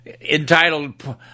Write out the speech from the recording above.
entitled